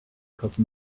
because